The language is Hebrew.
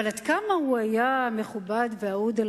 אבל עד כמה הוא היה מכובד ואהוד על